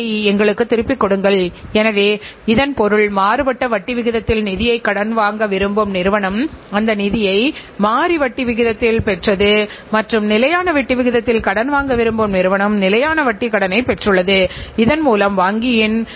பொருளாதாரத்தின் நான்கு சுவர்களில் செயல்படும் நிறுவனத்துடன் ஒப்பிடும்போது பன்னாட்டு நிறுவனங்கள் ஏன் மிகவும் வெற்றிகரமாக இருக்கின்றன என்பதற்கான வேறுபாட்டை நீங்கள் புரிந்து கொண்டிருப்பீர்கள்